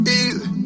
easy